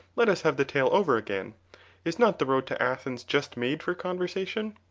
let us have the tale over again is not the road to athens just made for conversation?